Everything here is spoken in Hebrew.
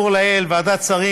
אדוני היושב-ראש,